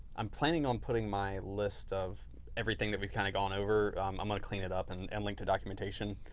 i'm planning on putting my list of everything that we've kind of gone over. i'm going ah to clean it up and and link to documentation,